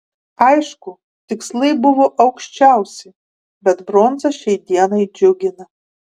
aišku tikslai buvo aukščiausi bet bronza šiai dienai džiugina